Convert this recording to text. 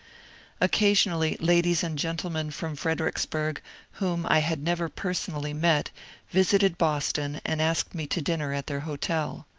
occasionally ladies and gentlemen from fredericksburg whom i had never personally met visited boston and asked me to dinner at their hotel.